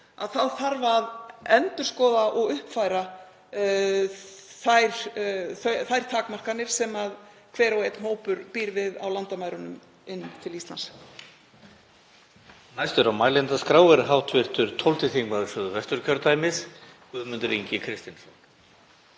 fer þá þarf að endurskoða og uppfæra þær takmarkanir sem hver og einn hópur býr við á landamærum Íslands.